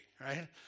right